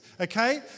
Okay